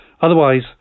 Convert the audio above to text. Otherwise